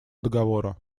договора